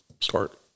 start